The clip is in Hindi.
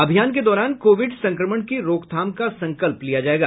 अभियान के दौरान कोविड संक्रमण की रोकथाम का संकल्प लिया जाएगा